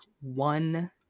one